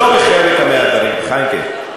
לא בחלק מהדברים, חיימק'ה.